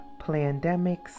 pandemics